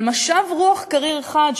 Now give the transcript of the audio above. אבל משב רוח קריר אחד,